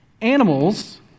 Animals